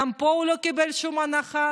גם פה הוא לא קיבל שום הנחה,